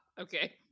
okay